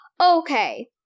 okay